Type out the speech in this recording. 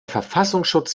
verfassungsschutz